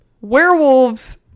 werewolves